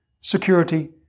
security